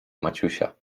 maciusia